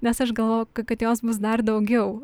nes aš galvojau kad jos bus dar daugiau